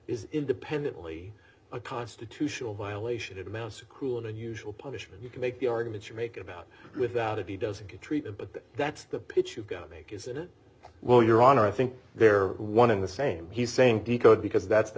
is independently a constitutional violation it amounts to cruel and unusual punishment you can make the argument you make about without it he doesn't get treated but that's the pitch you've got to make isn't it well your honor i think they're one and the same he's saying decode because that's the